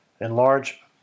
Enlarge